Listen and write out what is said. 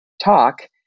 talk